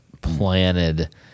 planted